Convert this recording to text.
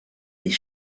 des